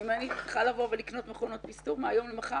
שאם אני צריכה לבוא ולקנות מכונות פסטור מהיום למחר,